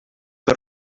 que